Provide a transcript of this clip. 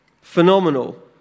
Phenomenal